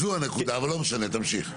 זו הנקודה, אבל לא משנה, תמשיך.